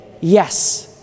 Yes